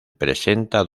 presenta